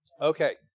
Okay